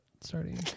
starting